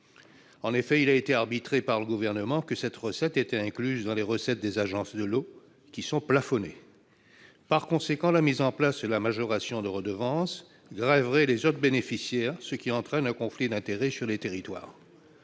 En effet, après arbitrage du Gouvernement, cette recette a été incluse dans les recettes des agences de l'eau, qui sont plafonnées. Par conséquent, la mise en place de la majoration de redevance grèverait les autres bénéficiaires, ce qui entraînerait un conflit d'intérêts sur les territoires.